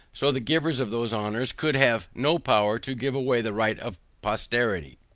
so the givers of those honors could have no power to give away the right of posterity,